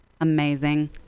Amazing